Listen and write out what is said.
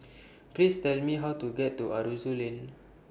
Please Tell Me How to get to Aroozoo Lane